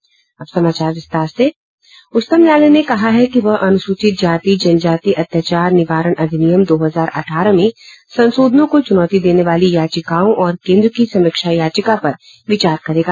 उच्चतम न्यायालय ने कहा है कि वह अनुसूचित जाति जनजाति अत्याचार निवारण अधिनियम दो हजार अठारह में संशोधनों को चुनौती देने वाली याचिकाओं और केन्द्र की समीक्षा याचिका पर विचार करेगा